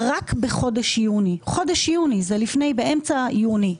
רק בחודש יוני, חודש יוני, זה באמצע יוני,